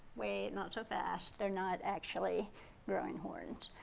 wait, not so fast. they're not actually growing horns.